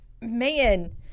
man